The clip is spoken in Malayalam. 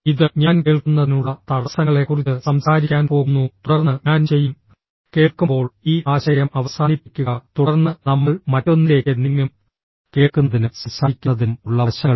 ഇത് ഞാൻ കേൾക്കുന്നതിനുള്ള തടസ്സങ്ങളെക്കുറിച്ച് സംസാരിക്കാൻ പോകുന്നു തുടർന്ന് ഞാൻ ചെയ്യും കേൾക്കുമ്പോൾ ഈ ആശയം അവസാനിപ്പിക്കുക തുടർന്ന് നമ്മൾ മറ്റൊന്നിലേക്ക് നീങ്ങും കേൾക്കുന്നതിനും സംസാരിക്കുന്നതിനും ഉള്ള വശങ്ങൾ